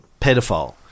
pedophile